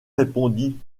répondit